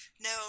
No